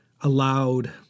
allowed